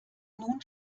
nun